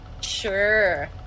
sure